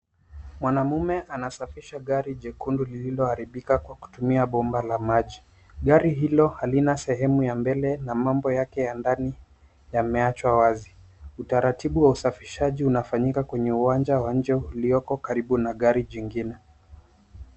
Mwanamume anasafisha gari jekundu lililoharibika kwa kutumia bomba la maji. Gari hilo halina sehemu ya mbele na mambo yake ya ndani, yameachwa wazi. Utaratibu wa usafishaji unafanyika kwenye uwanja wa nje ulioko karibu na gari jingine.